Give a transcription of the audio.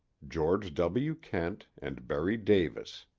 george w. kent and berry davis.